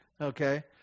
okay